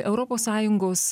europos sąjungos